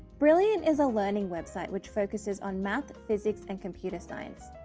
brilliant is a learning website which focuses on math, physics and computer science.